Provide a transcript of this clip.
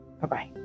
Bye-bye